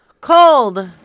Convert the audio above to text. Cold